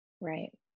right